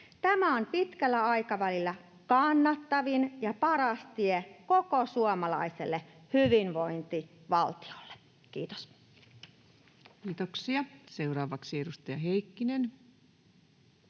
Tämä on pitkällä aikavälillä kannattavin ja paras tie koko suomalaiselle hyvinvointivaltiolle. — Kiitos. Kiitoksia. — Seuraavaksi edustaja Heikkinen.